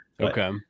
Okay